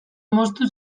moztu